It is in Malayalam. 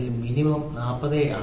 2 മിനിമം 40 ആണ്